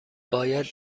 باید